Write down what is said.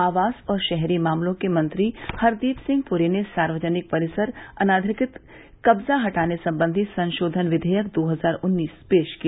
आवास और शहरी मामलों के मंत्री हरदीप सिंह पुरी ने सार्वजनिक परिसर अनधिकृत कब्जा हटाने संबंधी संशोधन विधेयक दो हजार उन्नीस पेश किया